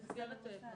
זאת מסגרת פרטית.